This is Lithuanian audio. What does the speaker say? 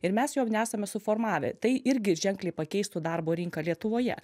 ir mes jo nesame suformavę tai irgi ženkliai pakeistų darbo rinką lietuvoje